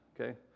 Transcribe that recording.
okay